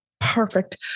perfect